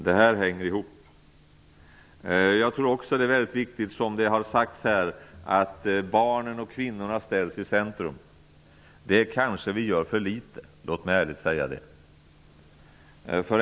Det här hänger ihop. Jag tror också att det är mycket viktigt, vilket har sagts här, att barnen och kvinnorna ställs i centrum. Det kanske vi gör i för liten utsträckning, låt mig ärligt säga det.